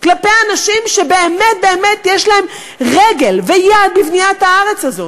כלפי אנשים שבאמת באמת יש להם רגל ויד בבניית הארץ הזאת,